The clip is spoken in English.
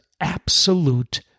absolute